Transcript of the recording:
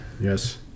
yes